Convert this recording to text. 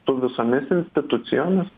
su visomis institucijomis